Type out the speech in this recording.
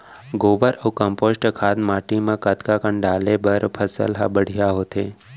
गोबर अऊ कम्पोस्ट खाद माटी म कतका कन डाले बर फसल ह बढ़िया होथे?